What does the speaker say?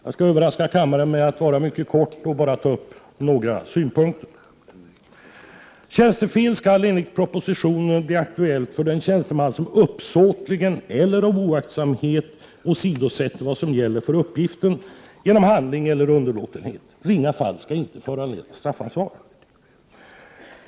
Jag skall överraska kammaren genom att vara mycket kortfattad och enbart ta upp några synpunkter. Ansvar för tjänstefel skall enligt propositionen bli aktuellt för den tjänsteman som uppsåtligen eller av oaktsamhet åsidosätter vad som gäller för uppgiften genom handling eller underlåtenhet. Ringa fall skall inte föranleda straffansvar.